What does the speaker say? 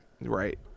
Right